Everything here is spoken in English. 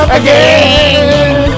again